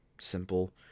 simple